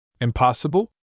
Impossible